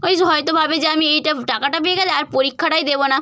ওই হয়তো ভাবে যে আমি এইটা টাকাটা পেয়ে গেলে আর পরীক্ষাটাই দেবো না